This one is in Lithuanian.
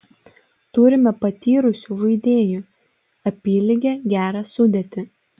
turime patyrusių žaidėjų apylygę gerą sudėtį